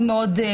אלה העובדות.